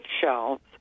shelves